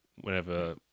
whenever